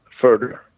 further